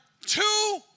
two